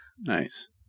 Nice